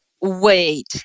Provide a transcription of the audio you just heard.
wait